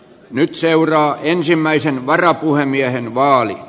nyt seuraa ensimmäisen varapuhemiehen vaali